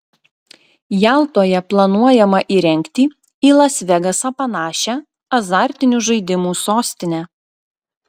jaltoje planuojama įrengti į las vegasą panašią azartinių žaidimų sostinę